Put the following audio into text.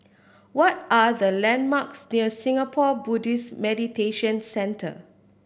what are the landmarks near Singapore Buddhist Meditation Centre